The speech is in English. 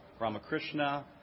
Ramakrishna